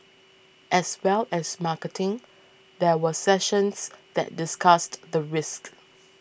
as well as marketing there were sessions that discussed the risks